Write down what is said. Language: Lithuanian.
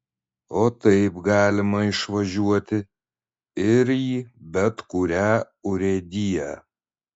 o taip galima išvažiuoti ir į bet kurią urėdiją